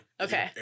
okay